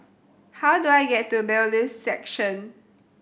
how do I get to Bailiffs' Section